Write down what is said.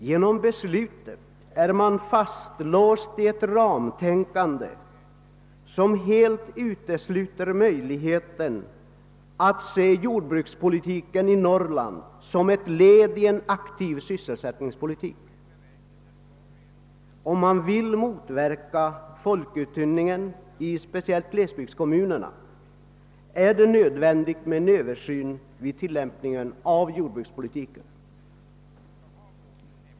Genom beslutet är man fastlåst vid ett ramtänkande som helt utesluter möjligheten att se jordbrukspolitiken i Norrland som ett led i en aktiv sysselsättningspolitik. Om man vill motverka folkuttunningen i speciellt glesbygdskommunerna är det nödvändigt med en översyn av tillämpningen av jordbrukspolitiken.